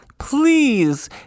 please